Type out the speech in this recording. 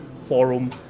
forum